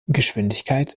geschwindigkeit